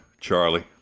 Charlie